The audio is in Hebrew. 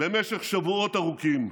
במשך שבועות ארוכים.